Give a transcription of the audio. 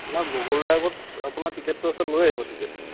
আপোনাৰ গুগল ড্ৰাইভত আপোনাৰ টিকেটটো আছে লৈ আহিব টিকেটটো